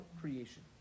creation